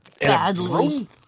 badly